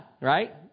Right